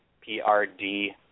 P-R-D